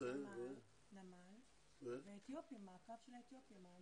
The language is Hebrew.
גם נמצא תקציב יש מאין